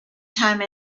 time